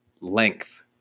length